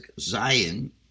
Zion